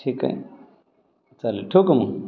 ठीक आहे चालेल ठेवू का मग